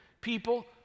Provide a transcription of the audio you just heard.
people